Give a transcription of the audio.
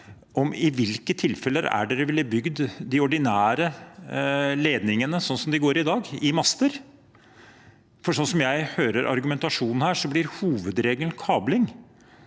i hvilke tilfeller de ville bygd de ordinære ledningene slik de går i dag, i master. Slik jeg hører argumentasjonen, blir hovedregelen kabling,